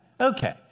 okay